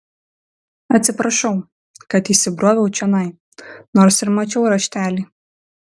atsiprašau kad įsibroviau čionai nors ir mačiau raštelį